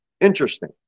interesting